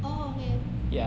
orh okay